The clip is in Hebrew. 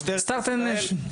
משטרת ישראל,